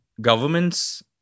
governments